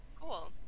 Cool